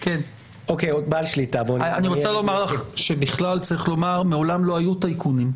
אני רוצה לומר לך שבכלל צריך לומר שמעולם לא היו טייקונים,